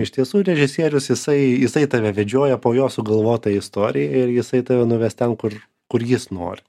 iš tiesų režisierius jisai jisai tave vedžioja po jo sugalvotą istoriją ir jisai tave nuves ten kur kur jis nori